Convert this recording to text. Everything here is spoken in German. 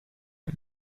hin